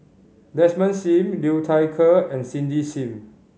Desmond Sim Liu Thai Ker and Cindy Sim